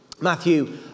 Matthew